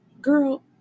girl